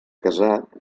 casat